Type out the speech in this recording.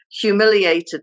humiliated